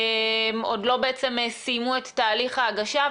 עוד לא סיימו את תהליך ההגשה.